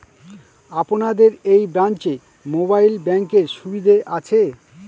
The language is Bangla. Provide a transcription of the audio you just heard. আপনাদের এই ব্রাঞ্চে মোবাইল ব্যাংকের সুবিধে আছে?